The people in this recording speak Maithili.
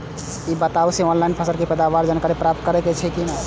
ई बताउ जे ऑनलाइन फसल के पैदावार के जानकारी प्राप्त करेत छिए की नेय?